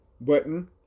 button